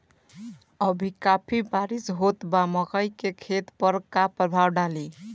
अभी काफी बरिस होत बा मकई के खेत पर का प्रभाव डालि?